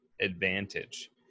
advantage